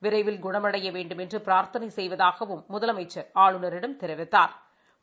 விரைவில் குண்டைய வேண்டுமென்று பிரா்த்தனை செய்வதாகவும் முதலமைச்சர் ஆளுநரிடம் தெரிவித்தாா்